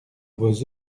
vos